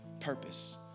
purpose